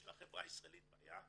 יש לחברה הישראלית בעיה,